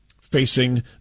facing